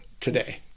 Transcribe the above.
today